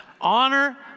honor